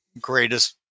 greatest